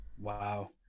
Wow